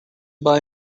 buy